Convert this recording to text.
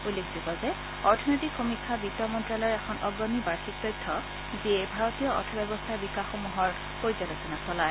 উল্লেখযোগ্য যে অৰ্থনৈতিক সমীক্ষা বিত্ত মন্তালয়ৰ এখন অগ্ৰণী বাৰ্ষিক তথ্য যিয়ে ভাৰতীয় অৰ্থব্যৱস্থাৰ বিকাশসমূহৰ পৰ্যালোচনা চলায়